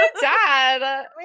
dad